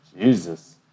Jesus